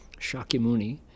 Shakyamuni